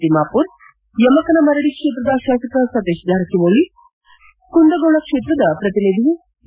ತಿಮ್ಲಾಮರ್ ಯಮಕನಮರಡಿ ಕ್ಷೇತ್ರದ ಶಾಸಕ ಸತೀತ್ ಜಾರಕಿಹೊಳಿ ಕುಂದಗೋಳ ಕ್ಷೇತ್ರದ ಪ್ರತಿನಿಧಿ ಸಿ